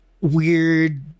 weird